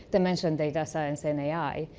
that mentioned data science and ai,